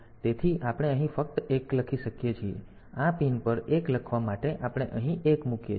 તેથી આપણે અહીં ફક્ત 1 લખી શકીએ છીએ આ પિન પર 1 લખવા માટે આપણે અહીં 1 મૂકીએ છીએ